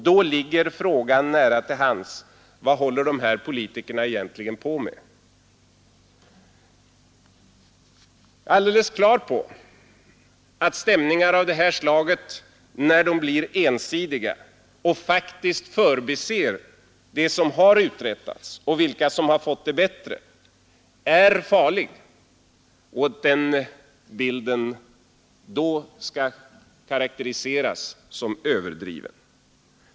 Då ligger frågan nära till hands: Vad håller de där ”politikerna” egentligen på med? Jag är helt på det klara med att stämningar av det här slaget, när de blir ensidiga och faktiskt förbiser det som har uträttats och vilka som har fått det bättre, är farliga, och att den bilden då skall karakteriseras som överdriven.